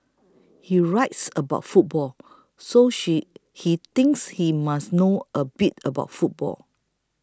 he writes about football so she he thinks he must know a bit about football